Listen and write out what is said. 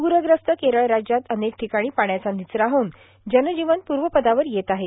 प्ररग्रस्त केरळ राज्यात अनेक ठिकाणी पाण्याचा निचरा होऊन जनजीवन प्रर्वपदावर येत आहे